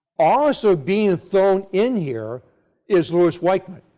also being thrown in here is louis weichmann,